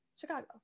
Chicago